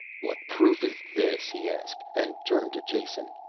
what proof is this? he asked, and turned to jason.